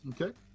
Okay